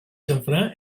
xamfrà